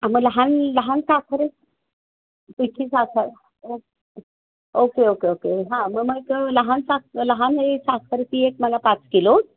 आम लहान लहान साखर पिठी साखर ओ ओके ओके ओके हां मग मग लहान साखर लहान ए साखर ती एक मला पाच किलो